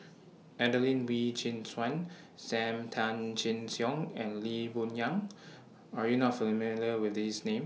Adelene Wee Chin Suan SAM Tan Chin Siong and Lee Boon Yang Are YOU not familiar with These Names